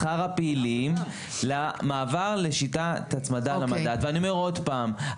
אני מדבר על שכר הפעילים למעבר לשיטת ההצמדה למדד ואני אומר עוד הפעם,